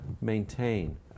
maintain